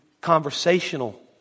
conversational